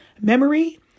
Memory